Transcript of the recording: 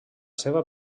seva